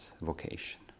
vocation